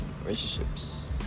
Relationships